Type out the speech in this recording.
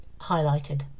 highlighted